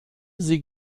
sie